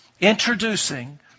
introducing